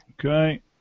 Okay